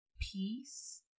peace